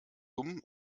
dumm